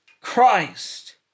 Christ